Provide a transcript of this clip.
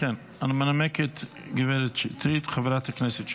מנמקת חברת הכנסת שטרית.